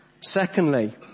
Secondly